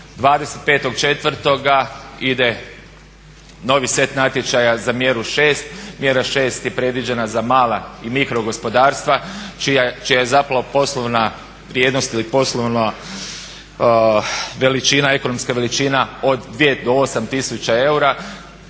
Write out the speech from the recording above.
25.4. ide novi set natječaja za mjeru 6. Mjera 6 je predviđena za mala i mikro gospodarstva čija je zapravo poslovna vrijednost ili poslovna veličina, ekonomska veličina od 2 do 8 tisuća eura.